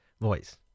voice